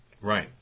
Right